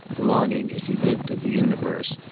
belonging, as he did, to the universe,